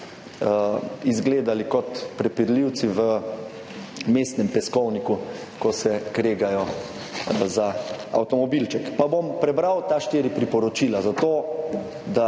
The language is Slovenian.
izgledali kot prepirljivci v mestnem peskovniku, ko se kregajo za avtomobilček. Prebral bom ta štiri priporočila, zato da